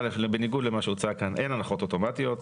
א', בניגוד למה שהוצג כאן, אין הנחות אוטומטיות.